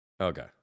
Okay